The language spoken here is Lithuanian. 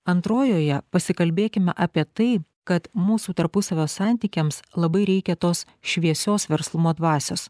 antrojoje pasikalbėkime apie tai kad mūsų tarpusavio santykiams labai reikia tos šviesios verslumo dvasios